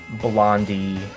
Blondie